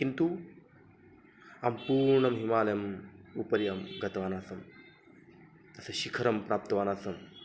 किन्तु अहं पूर्णं हिमालयम् उपरि अहं गतवान् आसं तस्य शिखरं प्राप्तवान् आसम्